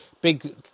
big